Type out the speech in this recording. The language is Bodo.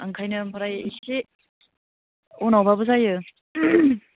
ओंखायनो ओमफ्राय इसे उनावबाबो जायो